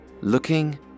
Looking